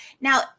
Now